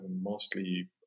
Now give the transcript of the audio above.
mostly